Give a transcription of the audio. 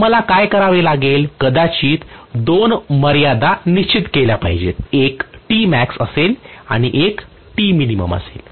तर मला काय करावे लागेल कदाचित दोन मर्यादा निश्चित केल्या पाहिजेत एक असेल एक असेल